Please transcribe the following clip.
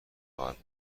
خواهد